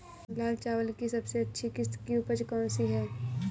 लाल चावल की सबसे अच्छी किश्त की उपज कौन सी है?